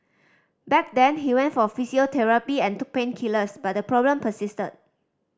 back then he went for physiotherapy and took painkillers but the problem persisted